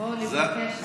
תבוא לבקר שם.